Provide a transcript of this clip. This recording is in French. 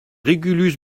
régulus